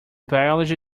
biology